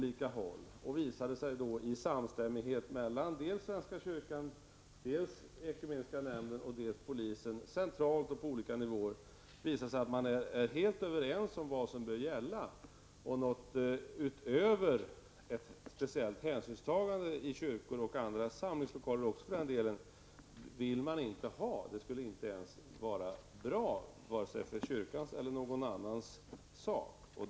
Det har då visat sig att det råder samstämmighet mellan svenska kyrkan, ekumeniska nämnden och polisen centralt och på olika nivåer om vad som bör gälla. Något utöver ett speciellt hänsynstagande i kyrkor -- och andra samlingslokaler också för den delen -- vill man inte ha. Det skulle inte ens vara bra, vare sig för kyrkans eller någon annans sak.